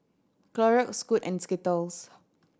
Clorox Scoot and Skittles